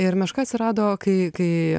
ir meška atsirado kai kai